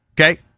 okay